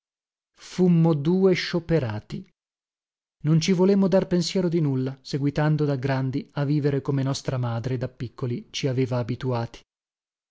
fummo due scioperati non ci volemmo dar pensiero di nulla seguitando da grandi a vivere come nostra madre da piccoli ci aveva abituati